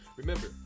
remember